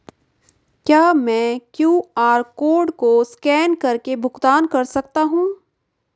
क्या मैं QR code को स्कैन करके भुगतान कर सकता हूं?